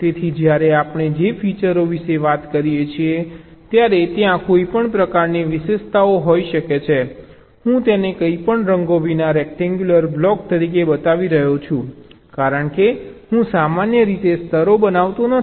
તેથી જ્યારે આપણે જે ફીચરો વિશે વાત કરીએ છીએ ત્યારે ત્યાં કોઈપણ પ્રકારની વિશેષતાઓ હોઈ શકે છે હું તેને કોઈપણ રંગો વિના રેક્ટેન્ગ્યુલર બ્લોક તરીકે બતાવી રહ્યો છું કારણ કે હું સામાન્ય રીતે સ્તરો બતાવતો નથી